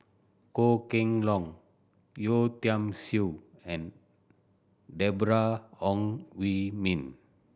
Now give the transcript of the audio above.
Goh Kheng Long Yeo Tiam Siew and Deborah Ong Hui Min